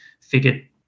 figured